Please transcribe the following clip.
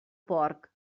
porc